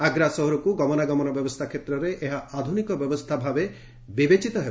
ଆଗ୍ରା ସହରକୁ ଗମନାଗମନ ବ୍ୟବସ୍ଥା କ୍ଷେତ୍ରରେ ଏହା ଆଧୁନିକ ବ୍ୟବସ୍ଥା ଭାବେ ବିବେଚିତ ହେବ